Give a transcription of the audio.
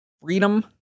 freedom